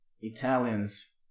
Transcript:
Italians